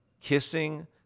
kissing